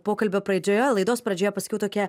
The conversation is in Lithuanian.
pokalbio pradžioje laidos pradžioje pasakiau tokia